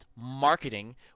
marketing